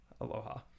Aloha